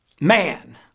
Man